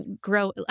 grow